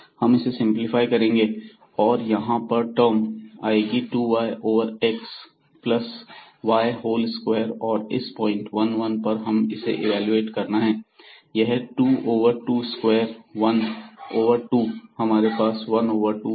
हम इसे सिंपलीफाई करेंगे और यहां पर टर्म आएगी 2y over x plus y whole square और इस पॉइंट 1 1 पर हमें इसे इवेलुएट करना है यह 2 ओवर 2 स्क्वायर 1 ओवर 2 होगा हमारे पास 1 ओवर 2 होगा